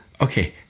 Okay